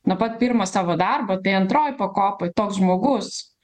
nuo pat pirmo savo darbo tai antroj pakopoj toks žmogus